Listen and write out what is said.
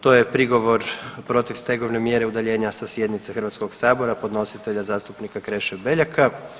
To je prigovor protiv stegovne mjere udaljenja sa sjednice Hrvatskog sabora podnositelja zastupnika Kreše Beljaka.